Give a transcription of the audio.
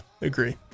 agree